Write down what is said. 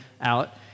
out